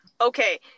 Okay